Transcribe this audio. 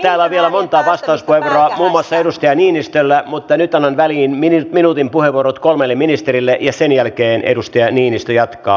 täällä on vielä monta vastauspuheenvuoroa muun muassa edustaja niinistöllä mutta nyt annan väliin minuutin puheenvuoron kolmelle ministerille ja sen jälkeen edustaja niinistö jatkaa